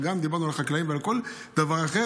גם דיברנו על החקלאים ועל כל דבר אחר,